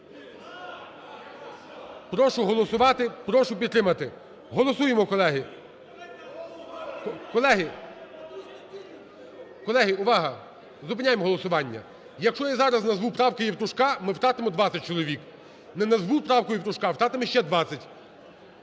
Прошу голосувати, прошу підтримати. Голосуємо, колеги. (Шум в залі) Колеги, колеги, увага! Зупиняємо голосування. Якщо я зараз назву правки Євтушка, ми втратимо 20 чоловік. Не назву правки Євтушка, втратимо ще 20.